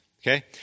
okay